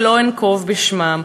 שלא אנקוב בשמן,